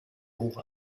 hoch